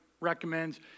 recommends